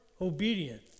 obedient